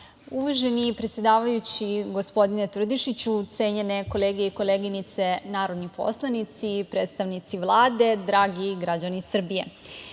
Hvala. Uvaženi predsedavajući, gospodine Tvrdišiću, cenjene kolege i koleginice narodni poslanici, predstavnici Vlade, dragi građani Srbije,